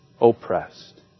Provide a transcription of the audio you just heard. oppressed